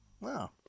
Wow